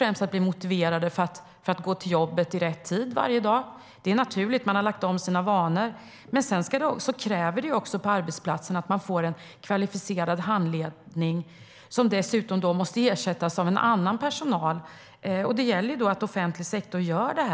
De måste bli motiverade att gå till jobbet i rätt tid varje dag, för de har ju lagt om sina vanor. Det krävs också att ungdomarna får en kvalificerad handledning på arbetsplatsen. Den som handleder måste dessutom ersättas av annan personal. Det gäller att offentlig sektor gör detta.